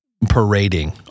parading